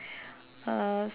uh